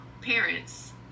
parents